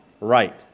right